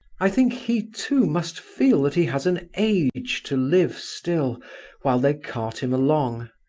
i think he, too, must feel that he has an age to live still while they cart him along.